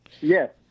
Yes